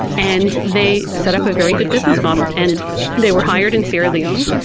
and they set up a very good business model. and they were hired in sierra leone.